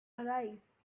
arise